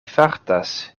fartas